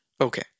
Okay